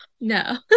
No